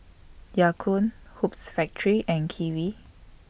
Ya Kun Hoops Factory and Kiwi